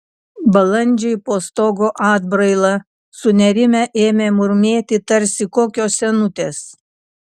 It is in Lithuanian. balandžiai po stogo atbraila sunerimę ėmė murmėti tarsi kokios senutės